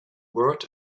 word